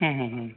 হুম হুম হুম